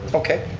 okay,